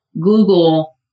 Google